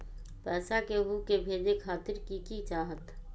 पैसा के हु के भेजे खातीर की की चाहत?